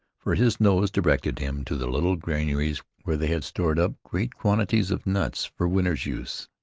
for his nose directed him to the little granaries where they had stored up great quantities of nuts for winter's use.